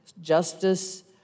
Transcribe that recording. justice